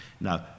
Now